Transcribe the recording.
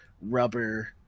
rubber